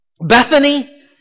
Bethany